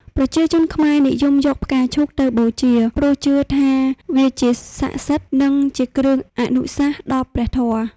ប្រជាជនខ្មែរនិយមយកផ្កាឈូកទៅបូជា ព្រោះជឿថាវាជាសក្ដិសិទ្ធិ និងជាគ្រឿងអនុសាសន៍ដល់ព្រះធម៌។